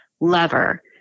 lever